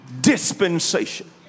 dispensation